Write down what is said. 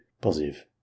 positive